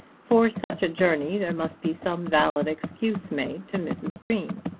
for such a journey there must be some valid excuse made to mrs. green.